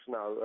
no